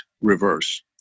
reverse